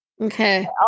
Okay